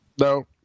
no